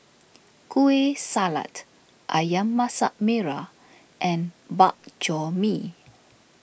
Kueh Salat Ayam Masak Merah and Bak Chor Mee